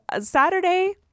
Saturday